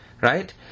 Right